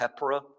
Pepra